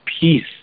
peace